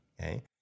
Okay